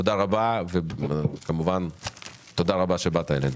תודה רבה, וכמובן תודה רבה שבאת אלינו.